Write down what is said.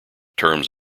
terms